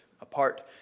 Apart